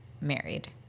married